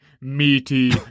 meaty